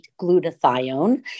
glutathione